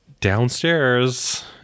downstairs